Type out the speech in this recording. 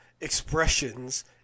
expressions